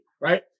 Right